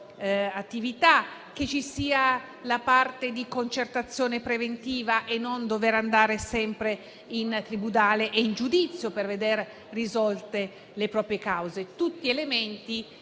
attività, che ci sia la parte di concertazione preventiva e chiedono di non dover andare sempre in tribunale e in giudizio per vedere risolte le proprie cause. Sono tutti elementi